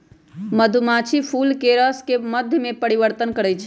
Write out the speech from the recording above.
मधुमाछी फूलके रसके मध में परिवर्तन करछइ